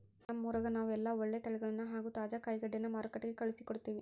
ನಮ್ಮ ಊರಗ ನಾವು ಎಲ್ಲ ಒಳ್ಳೆ ತಳಿಗಳನ್ನ ಹಾಗೂ ತಾಜಾ ಕಾಯಿಗಡ್ಡೆನ ಮಾರುಕಟ್ಟಿಗೆ ಕಳುಹಿಸಿಕೊಡ್ತಿವಿ